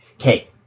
Okay